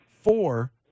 four